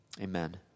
Amen